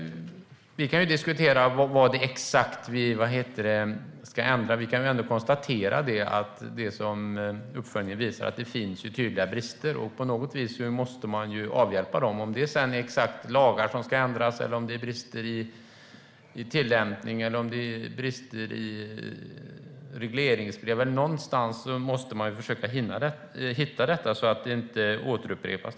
Vi kan diskutera vad exakt vi ska ändra, men vi kan väl ändå konstatera att uppföljningen visar att det finns tydliga brister, och på något vis måste man avhjälpa dem. Oavsett om det är lagar som ska ändras eller om det finns brister i tillämpning eller regleringsbrev måste man försöka hitta en lösning, så att detta inte återupprepas.